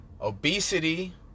obesity